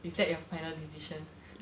is that your final decision